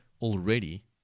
already